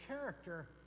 character